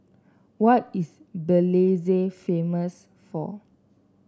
what is Belize famous for